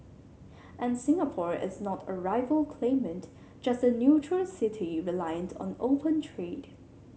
and Singapore is not a rival claimant just a neutral city reliant on open trade